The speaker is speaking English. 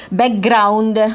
background